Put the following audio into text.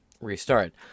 Restart